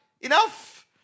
enough